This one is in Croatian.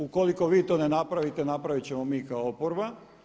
Ukoliko vi to ne napravite napraviti ćemo mi kao oporba.